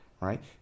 right